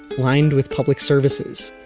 lined with public services,